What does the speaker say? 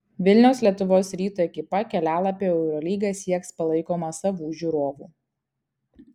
vilniaus lietuvos ryto ekipa kelialapio į eurolygą sieks palaikoma savų žiūrovų